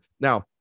now